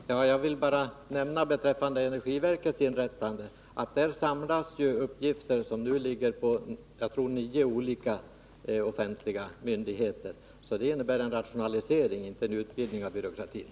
Fru talman! Jag vill bara beträffande energiverkets inrättande nämna att det i detta verk samlas uppgifter som nu ligger på nio olika offentliga myndigheter. Så det innebär en rationalisering, inte en utvidgning av byråkratin.